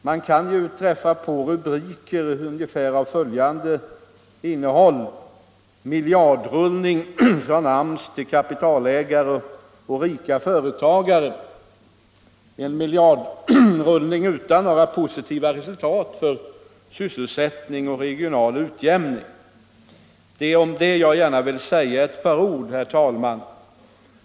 Vi har ju träffat på rubriker som lyder ungefär så här: Miljardrullning från AMS till kapitalägare och rika företagare, en miljardrullning utan några positiva resultat för sysselsättning och regional utjämning. Det är om detta jag gärna vill säga ett par ord, herr talman.